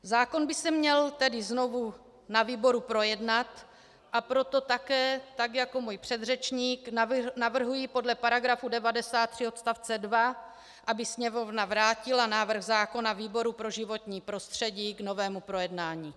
Zákon by se měl tedy znovu ve výboru projednat, a proto také, stejně jako můj předřečník, navrhuji podle § 93 odst. 2, aby Sněmovna vrátila návrh zákona výboru pro životní prostředí k novému projednání.